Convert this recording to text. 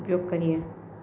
ઉપયોગ કરીયે